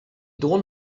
drohen